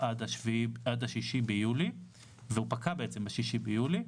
עד ה-6 ביולי והוא פקע בעצם ב-6 ביולי.